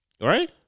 Right